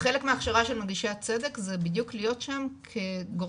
חלק מההכשרה של מנגישת צדק זה בדיוק היות שם כגורם